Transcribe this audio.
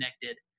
connected